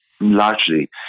largely